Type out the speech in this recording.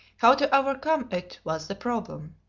how to overcome it was the problem.